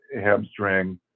hamstring